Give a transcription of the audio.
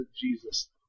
Jesus